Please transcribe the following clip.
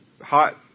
hot